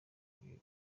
bibi